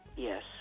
Yes